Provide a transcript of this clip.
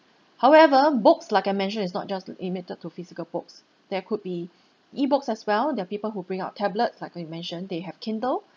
however books like I mentioned is not just limited to physical books there could be E books as well they're people who bring out tablets like you mentioned they have kindle